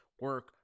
Work